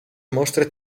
mostre